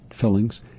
fillings